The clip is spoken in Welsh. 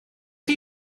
chi